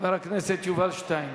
חבר הכנסת יובל שטייניץ.